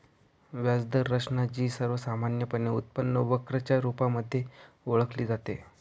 व्याज दर रचना, जी सर्वसामान्यपणे उत्पन्न वक्र च्या रुपामध्ये ओळखली जाते